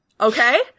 Okay